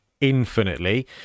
infinitely